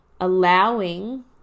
allowing